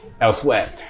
elsewhere